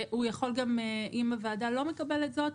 והוא יכול גם אם הוועדה לא מקבלת זאת,